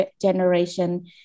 generation